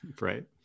Right